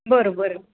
बरं बरं